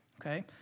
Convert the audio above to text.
okay